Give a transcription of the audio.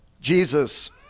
Jesus